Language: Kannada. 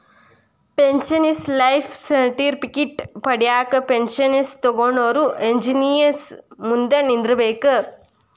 ಪೆನ್ಷನ್ ಲೈಫ್ ಸರ್ಟಿಫಿಕೇಟ್ ಪಡ್ಯಾಕ ಪೆನ್ಷನ್ ತೊಗೊನೊರ ಏಜೆನ್ಸಿ ಮುಂದ ನಿಂದ್ರಬೇಕ್